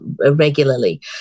regularly